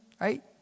Right